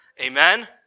Amen